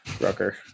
Rucker